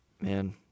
Man